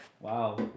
Wow